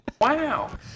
Wow